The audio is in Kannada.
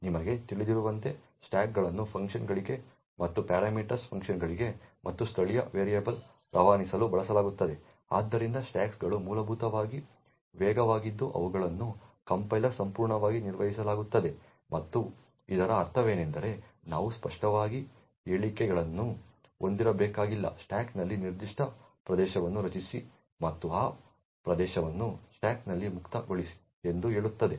ನಿಮಗೆ ತಿಳಿದಿರುವಂತೆ ಸ್ಟಾಕ್ಗಳನ್ನು ಫಂಕ್ಷನ್ಗಳಿಗೆ ಮತ್ತು ಪ್ಯಾರಾಮೀಟರ್ಗಳನ್ನು ಫಂಕ್ಷನ್ಗಳಿಗೆ ಮತ್ತು ಸ್ಥಳೀಯ ವೇರಿಯೇಬಲ್ಗಳಿಗೆ ರವಾನಿಸಲು ಬಳಸಲಾಗುತ್ತದೆ ಆದ್ದರಿಂದ ಸ್ಟ್ಯಾಕ್ಗಳು ಮೂಲಭೂತವಾಗಿ ವೇಗವಾಗಿದ್ದು ಅವುಗಳನ್ನು ಕಂಪೈಲರ್ನಿಂದ ಸಂಪೂರ್ಣವಾಗಿ ನಿರ್ವಹಿಸಲಾಗುತ್ತದೆ ಮತ್ತು ಇದರ ಅರ್ಥವೇನೆಂದರೆ ನಾವು ಸ್ಪಷ್ಟವಾಗಿ ಹೇಳಿಕೆಗಳನ್ನು ಹೊಂದಿರಬೇಕಾಗಿಲ್ಲ ಸ್ಟಾಕ್ನಲ್ಲಿ ನಿರ್ದಿಷ್ಟ ಪ್ರದೇಶವನ್ನು ರಚಿಸಿ ಮತ್ತು ಆ ಪ್ರದೇಶವನ್ನು ಸ್ಟಾಕ್ನಲ್ಲಿ ಮುಕ್ತಗೊಳಿಸಿ ಎಂದು ಹೇಳುತ್ತದೆ